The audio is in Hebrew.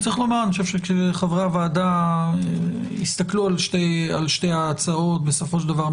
צריך לומר שחברי הוועדה הסתכלו על שתי ההצעות ובסופו של דבר,